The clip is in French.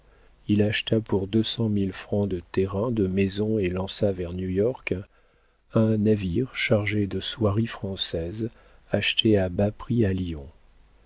il acheta pour deux cent mille francs de terrains de maisons et lança vers new-york un navire chargé de soieries françaises achetées à bas prix à lyon